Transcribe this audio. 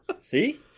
see